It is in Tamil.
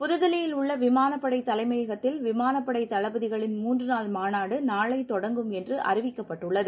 புதுதில்லியில் உள்ள விமானப் படை தலைமையகத்தில் விமானப் படை தளபதிகளின் மூன்று நாள் மாநாடு நாளை தொடங்கும் என்று அறிவிக்கப்பட்டுள்ளது